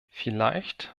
vielleicht